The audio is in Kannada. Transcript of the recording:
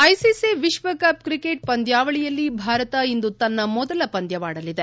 ಐಸಿಸಿ ವಿಶ್ವಕಪ್ ಕ್ರಿಕೆಟ್ ಪಂದ್ಯಾವಳಿಯಲ್ಲಿ ಭಾರತ ಇಂದು ತನ್ನ ಮೊದಲ ಪಂದ್ಯ ಆಡಲಿದೆ